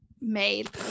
made